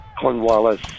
Cornwallis